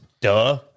Duh